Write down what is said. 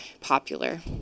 popular